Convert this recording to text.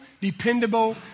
dependable